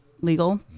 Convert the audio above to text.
legal